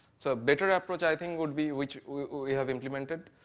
so better approach i think would be, which we we have implemented,